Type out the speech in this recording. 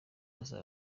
asaba